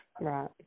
right